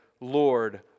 Lord